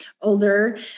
older